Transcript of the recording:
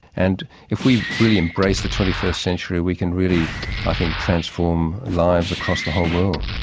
and if we really embrace the twenty first century we can really i think transform lives across the whole world.